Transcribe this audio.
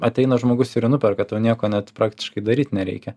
ateina žmogus ir jį nuperka tau nieko net praktiškai daryt nereikia